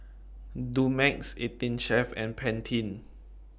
Dumex eighteen Chef and Pantene